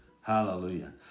Hallelujah